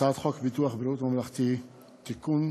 הצעת חוק ביטוח בריאות ממלכתי ממלכתי (תיקון,